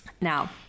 Now